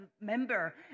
member